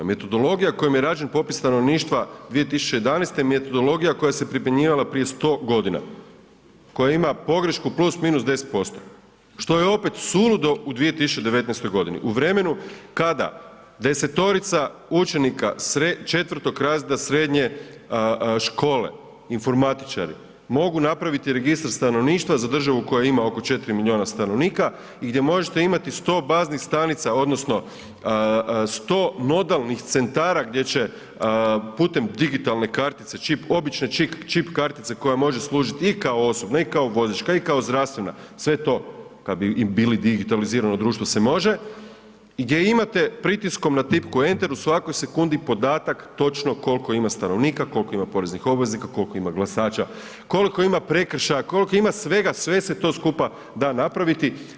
Metodologija kojom je rađen popis stanovništva 2011. je metodologija koja se primjenjivala prije 100 godina, koja ima pogrešku +- 10%, što je opet suludo u 2019. godini u vremenu kada 10-torica učenika IV razreda srednje škole informatičari mogu napraviti registar stanovništva koja ima oko 4 miliona stanovnika i gdje možete imati 100 baznih stanica odnosno 100 nodalnih centara gdje će putem digitalne kartice, čip obične čip kartice koja može služiti i kao osobna i kao vozačka i kao zdravstvena sve to kad bi bili digitalizirano društvo se može, gdje imate pritiskom na tipku enter u svakoj sekundi podatak točno koliko ima stanovnika, koliko ima poreznih obveznika, koliko ima glasača, koliko ima prekršaja, koliko ima svega, sve se to skupa da napraviti.